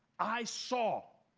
i saw